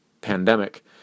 pandemic